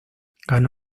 ganó